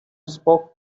spoke